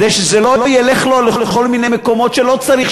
כדי שזה לא ילך לו לכל מיני מקומות שלא צריך